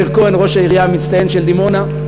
מאיר כהן ראש העירייה המצטיין של דימונה.